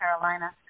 Carolina